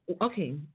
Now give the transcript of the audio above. Okay